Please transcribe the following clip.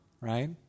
Right